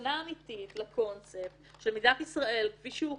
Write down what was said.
סכנה אמיתית לקונספט שמדינת ישראל כפי שהוקמה,